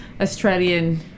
Australian